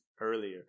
earlier